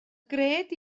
gred